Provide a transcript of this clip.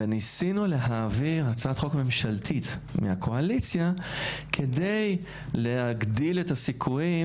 וניסינו להעביר הצעת חוק ממשלתית מהקואליציה כדי להגדיל את הסיכויים,